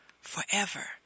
forever